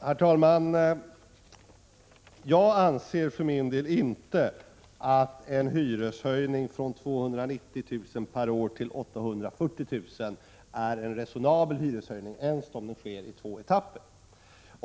Herr talman! Jag anser för min del inte att en hyreshöjning från 290 000 kr. till 840 000 kr. per år är en resonabel hyreshöjning ens om den sker i två etapper.